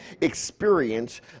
Experience